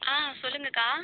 ஆ சொல்லுங்கக்கா